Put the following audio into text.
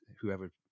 whoever